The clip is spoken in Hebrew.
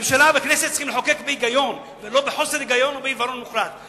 ממשלה וכנסת צריכות לחוקק בהיגיון ולא בחוסר היגיון ובעיוורון מוחלט.